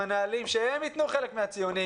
שהם יתנו חלק מהציונים